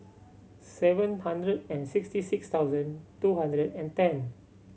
seven hundred and sixty six thousand two hundred and ten